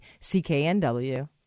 cknw